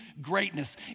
greatness